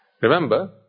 Remember